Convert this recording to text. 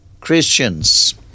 Christians